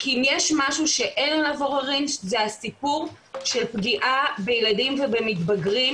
כי אם יש משהו שאין עליו עוררין זה הסיפור של הפגיעה בילדים ובמתבגרים,